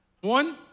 One